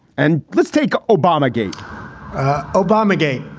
and let's take obama gate obama gate.